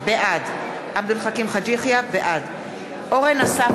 בעד אורן אסף